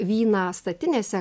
vyną statinėse